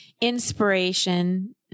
inspiration